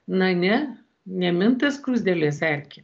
na ne neminta skruzdėlės erkėm